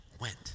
went